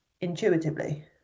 intuitively